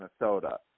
Minnesota